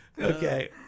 Okay